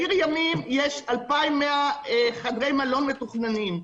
בעיר ימים יש 2,100 חדרי מלון מתוכננים,